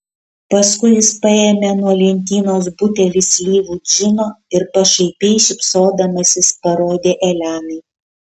paskui jis paėmė nuo lentynos butelį slyvų džino ir pašaipiai šypsodamasis parodė elenai